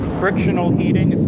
frictional heating.